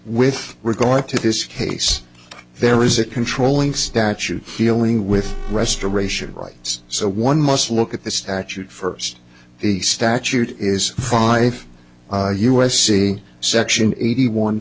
with regard to this case there is a controlling statute dealing with restoration of rights so one must look at the statute first the statute is five u s c section eighty one